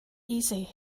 easy